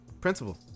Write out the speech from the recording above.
principal